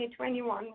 2021